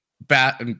bat